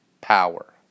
power